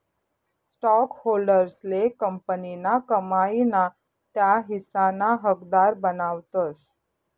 स्टॉकहोल्डर्सले कंपनीना कमाई ना त्या हिस्साना हकदार बनावतस